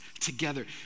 together